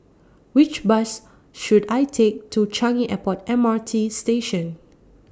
Which Bus should I Take to Changi Airport M R T Station